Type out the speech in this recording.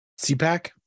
CPAC